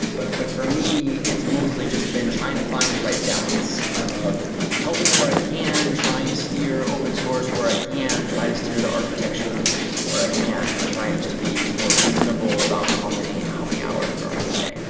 but but, for me, it's mostly just been trying to find the right balance of helping where i can, trying to steer open source where i can, try to steer the architecture where i can and try and just to be more reasonable about how many how many hours are in the day.